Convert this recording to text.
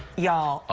y'all, ah